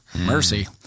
Mercy